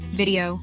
video